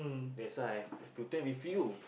that's why have to train with you